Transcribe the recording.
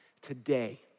today